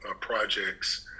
projects